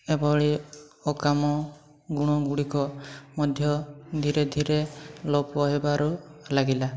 ଏଭଳି ଅକାମ ଗୁଣଗୁଡ଼ିକ ମଧ୍ୟ ଧୀରେ ଧୀରେ ଲୋପ ହେବାରୁ ଲାଗିଲା